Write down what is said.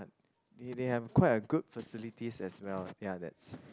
they they have quite a good facilities as well ya that's